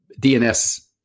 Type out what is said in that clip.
DNS